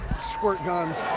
squirt guns,